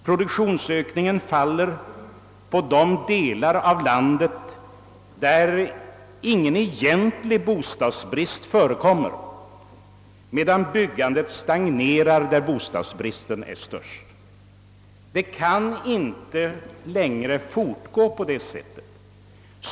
Produktionsökningen faller på de delar av landet där ingen egentlig bostadsbrist förekommer, medan byggandet stagnerat där bostadsbristen är störst. Det kan inte längre fortgå på det sättet.